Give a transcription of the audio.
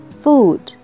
food